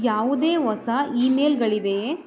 ಯಾವುದೇ ಹೊಸ ಇಮೇಲ್ಗಳಿವೆಯೇ